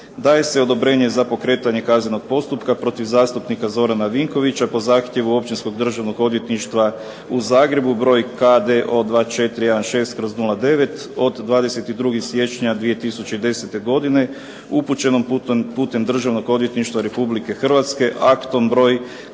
"Daje se odobrenje za pokretanje kaznenog postupka protiv zastupnika Zorana Vinkovića po zahtjevu Općinskog državnog odvjetništva u Zagrebu, broj KDO 2416/09 od 22. siječnja 2010. godine, upućenog putem Državnog odvjetništva Republike Hrvatske, aktom broj